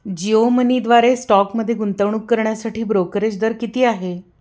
जिओ मनीद्वारे स्टॉकमध्ये गुंतवणूक करण्यासाठी ब्रोकरेज दर किती आहे